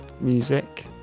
music